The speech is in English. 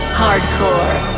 hardcore